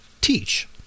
teach